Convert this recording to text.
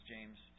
James